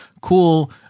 cool